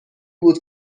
بود